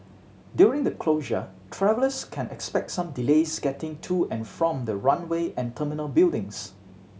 during the closure travellers can expect some delays getting to and from the runway and terminal buildings